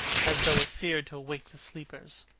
as though it feared to wake the sleepers